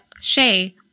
Shay